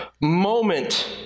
moment